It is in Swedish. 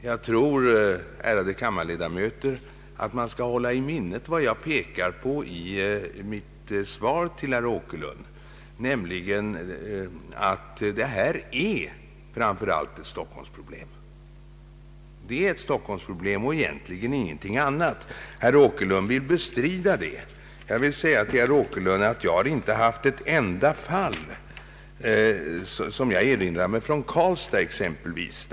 Man bör, ärade kammarledamöter, hålla i minnet vad jag pekade på i mitt svar till herr Åkerlund, nämligen att detta framför allt är ett Stockholmsproblem och egentligen ingenting annat. Herr Åkerlund vill bestrida det. Jag vill säga till herr Åkerlund att jag inte kan erinra mig att jag haft ett enda fall från exempelvis Karlstad.